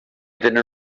tenen